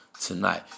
tonight